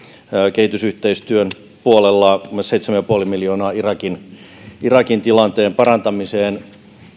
kehitysyhteistyön puolella muun muassa seitsemän pilkku viisi miljoonaa irakin irakin tilanteen parantamiseen